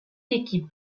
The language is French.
équipes